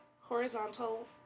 horizontal